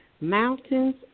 mountains